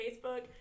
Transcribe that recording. Facebook